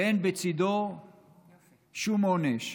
ואין בצידו שום עונש,